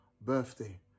birthday